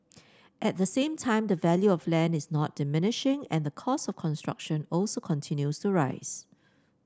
at the same time the value of land is not diminishing and the cost of construction also continues to rise